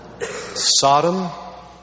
Sodom